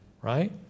right